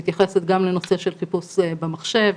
מתייחסת גם לנושא של חיפוש במחשב.